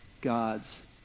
God's